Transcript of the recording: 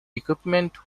equipment